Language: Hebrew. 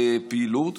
פעילות.